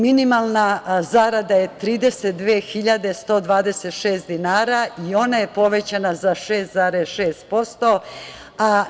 Minimalna zarada je 32.126 dinara i ona je povećana za 6,6%